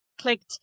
clicked